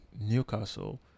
Newcastle